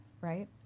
right